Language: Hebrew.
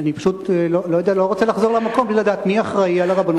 אני לא רוצה לחזור למקום בלי לדעת מי האחראי לרבנות הראשית.